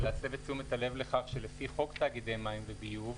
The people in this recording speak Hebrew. ולהסב את תשומת הלב לכך שלפי חוק תאגידי מים וביוב,